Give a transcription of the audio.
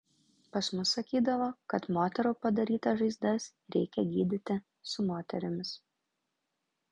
pas mus sakydavo kad moterų padarytas žaizdas reikia gydyti su moterimis